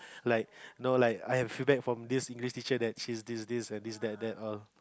like no like I feel bad from this English teacher that she's this this and this that that or